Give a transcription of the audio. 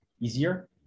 easier